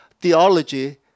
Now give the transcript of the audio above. theology